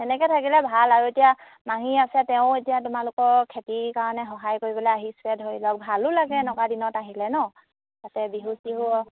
তেনেকৈ থাকিলে ভাল আৰু এতিয়া মাহী আছে তেওঁ এতিয়া তোমালোকৰ খেতিৰ কাৰণে সহায় কৰিবলৈ আহিছে ধৰি লওক ভালো লাগে এনেকুৱা দিনত আহিলে নহ্ তাতে বিহু চিহু